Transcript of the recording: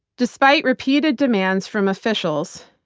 despite repeated demands from officials,